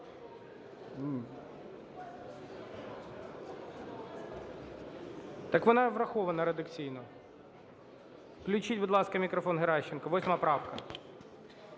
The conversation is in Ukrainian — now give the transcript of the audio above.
Так, вона врахована редакційно. Включіть, будь ласка, мікрофон Геращенко, 8 правка.